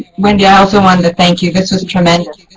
wendy, i also wanted to thank you. this was tremendous.